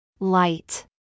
light